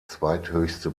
zweithöchste